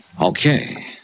Okay